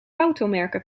automerken